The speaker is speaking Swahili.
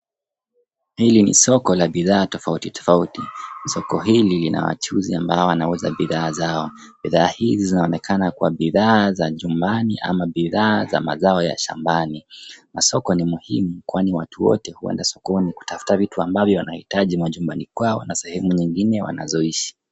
Hili ni soko la bidhaa tofauti tofauti. Soko hili lina wachuuzi ambao wanauza bidhaa zao. Bidhaa hizi zinaonekana kuwa bidhaa za nyumbani ama bidhaa za mazao ya shambani. Masoko ni muhimu kwani watu wote huenda sokoni kutafuta vitu ambavyo wanahitaji majumbani kwao na sehemu nyingine wanazoishi.